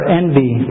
envy